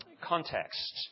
context